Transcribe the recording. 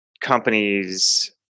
companies